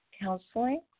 Counseling